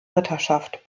ritterschaft